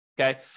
okay